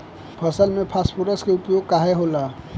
फसल में फास्फोरस के उपयोग काहे होला?